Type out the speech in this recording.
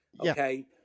Okay